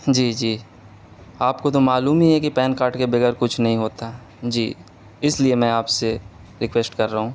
جی جی آپ کو تو معلوم ہی ہے کہ پین کارٹ کے بغیر کچھ نہیں ہوتا جی اس لیے میں آپ سے ریکویسٹ کر رہا ہوں